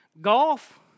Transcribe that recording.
Golf